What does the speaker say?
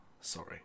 Sorry